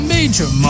Major